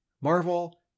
Marvel